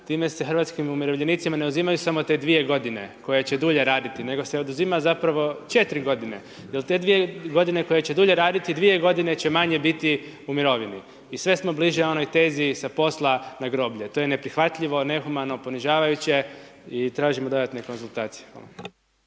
time se hrvatskim umirovljenicima ne uzimaju samo te 2 g. koje će dulje raditi nego se oduzima zapravo 4 g. jer te 2 g. koje će duljiti, 2 g. će manje biti u mirovini i sve smo bliže onoj tezi „sa posla na groblje“. To je neprihvatljivo, nehumano, ponižavajuće i tražimo dodatne konzultacije,